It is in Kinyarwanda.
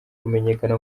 kumenyekana